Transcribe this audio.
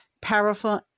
powerful